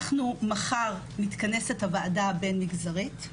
מחר מתכנסת הוועדה הבין-משרדית,